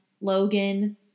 Logan